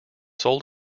sold